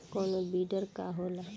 कोनो बिडर का होला?